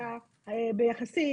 אלא יחסי,